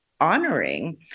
honoring